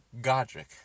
Godric